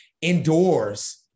indoors